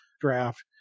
draft